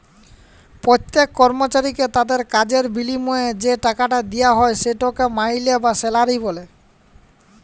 প্যত্তেক কর্মচারীকে তাদের কাজের বিলিময়ে যে টাকাট দিয়া হ্যয় সেটকে মাইলে বা স্যালারি ব্যলে